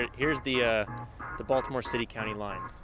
and here's the ah the baltimore city county line,